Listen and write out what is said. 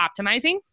optimizing